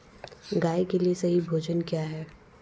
गाय के लिए सही भोजन क्या है?